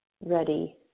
ready